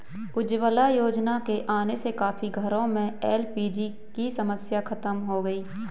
उज्ज्वला योजना के आने से काफी घरों में एल.पी.जी की समस्या खत्म हो गई